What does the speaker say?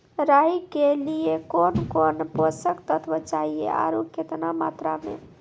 राई के लिए कौन कौन पोसक तत्व चाहिए आरु केतना मात्रा मे?